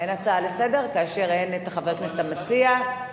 אין הצעה לסדר-היום כאשר חבר הכנסת המציע אינו נמצא.